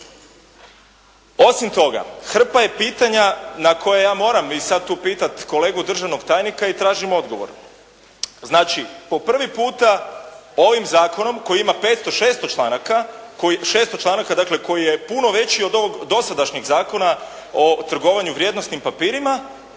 Osim toga, hrpa je pitanja na koje ja moram i sada tu pitati kolegu državnog tajnika i tražim odgovor. Znači, po prvi puta ovim zakonom koji ima 500, 600 članaka, 600 članaka dakle koji je puno veći od ovog dosadašnjeg Zakona o trgovanju vrijednosnim papirima,